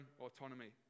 autonomy